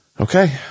Okay